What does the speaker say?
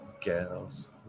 Gals